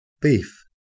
beef